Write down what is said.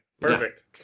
Perfect